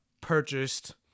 purchased